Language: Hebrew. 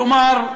כלומר,